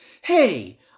Hey